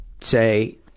say